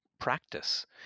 Practice